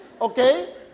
okay